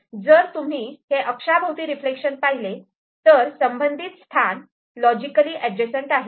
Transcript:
जर तुम्ही ही अक्षाभोवती रिफ्लेक्शन पाहिले तर संबंधित स्थान लॉजिकली अडजेसन्स्ट आहेत